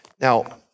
Now